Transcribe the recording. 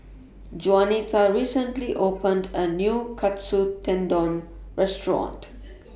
Jaunita recently opened A New Katsu Tendon Restaurant